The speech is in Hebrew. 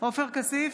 עופר כסיף,